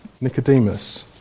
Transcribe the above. Nicodemus